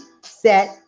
Set